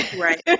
Right